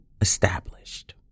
established